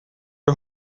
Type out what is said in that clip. are